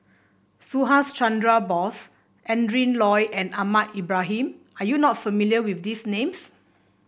Subhas Chandra Bose Adrin Loi and Ahmad Ibrahim are you not familiar with these names